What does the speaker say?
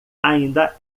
ainda